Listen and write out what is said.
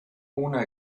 una